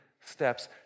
steps